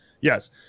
Yes